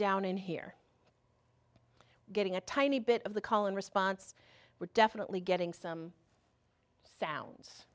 down in here getting a tiny bit of the call and response we're definitely getting some sounds